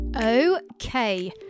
Okay